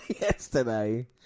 yesterday